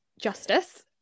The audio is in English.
Justice